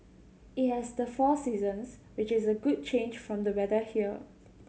it has the four seasons which is a good change from the weather here